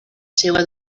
seua